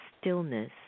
stillness